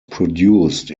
produced